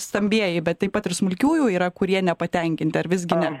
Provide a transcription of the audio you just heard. stambieji bet taip pat ir smulkiųjų yra kurie nepatenkinti ar visgi ne